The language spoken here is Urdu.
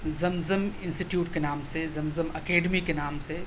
زمزم انسٹیٹیوٹ کے نام سے زمزم اکیڈمی کے نام سے